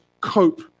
cope